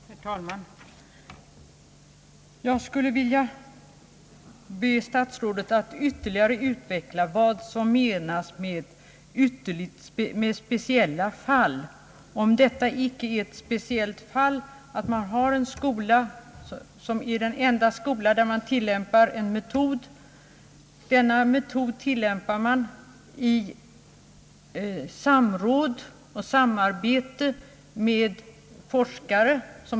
Herr talman! Jag skulle vilja be herr statsrådet att ytterligare utveckla vad som menas med »speciella fall». Vi diskuterar nu en skola, som är den enda i sitt slag och där man tillämpar en särskild undervisningsmetod i samråd och samarbete med forskare.